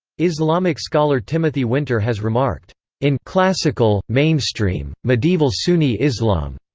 islamic scholar timothy winter has remarked in classical, mainstream, medieval sunni islam.